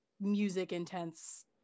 music-intense